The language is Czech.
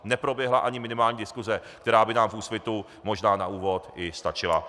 Neproběhla ani minimální diskuse, která by nám v Úsvitu možná na úvod i stačila.